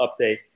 update